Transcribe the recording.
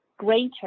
greater